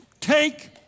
take